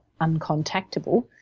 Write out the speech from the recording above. uncontactable